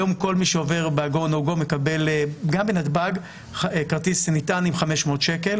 היום כל מי שעובר ב-go-no-go מקבל גם בנתב"ג כרטיס נטען עם 500 שקל